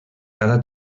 cada